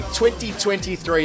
2023